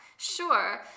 Sure